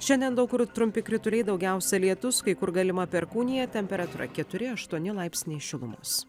šiandien daug kur trumpi krituliai daugiausia lietus kai kur galima perkūnija temperatūra keturi aštuoni laipsniai šilumos